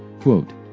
Quote